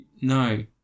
No